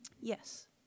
Yes